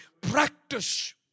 practice